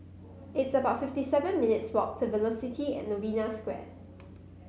it's about fifty seven minutes' walk to Velocity At Novena Square